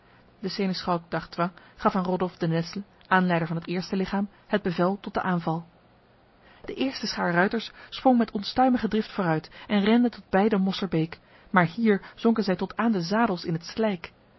de seneschalk d'artois gaf aan rodolf de nesle aanleider van het eerste lichaam het bevel tot de aanval de eerste schaar ruiters sprong met onstuimige drift vooruit en rende tot bij de mosserbeek maar hier zonken zij tot aan de zadels in het slijk